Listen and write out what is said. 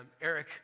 Eric